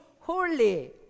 holy